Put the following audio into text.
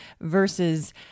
versus